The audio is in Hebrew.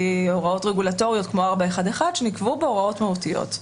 הוראות רגולטוריות כמו 411 שנקבעו בו הוראות מהותיות,